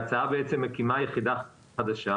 ההצעה מקימה יחידה חדשה,